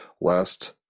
last